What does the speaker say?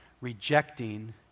rejecting